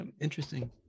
interesting